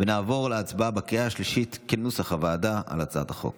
נעבור להצבעה על הצעת החוק